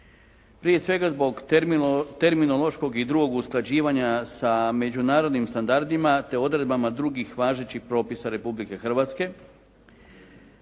Prije svega zbog terminološkog i drugog usklađivanja sa međunarodnim standardima, te odredbama drugih važećih propisa Republike Hrvatske.